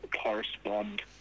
correspond